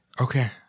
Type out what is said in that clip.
okay